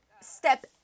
step